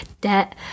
debt